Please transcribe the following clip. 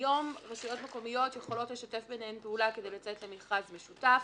היום רשויות מקומיות יכולות לשתף ביניהן פעולה כדי לצאת למכרז משותף.